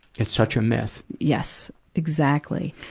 it's such a myth. yes, exactly.